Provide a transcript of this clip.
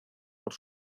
por